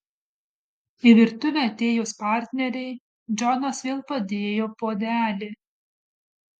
į virtuvę atėjus partnerei džonas vėl padėjo puodelį